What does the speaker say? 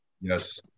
Yes